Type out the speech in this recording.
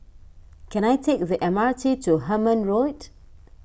can I take the M R T to Hemmant Road